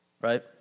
right